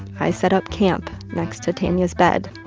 i set up camp next to tanya's bed.